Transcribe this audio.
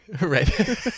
right